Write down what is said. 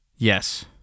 Yes